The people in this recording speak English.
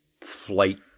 Flight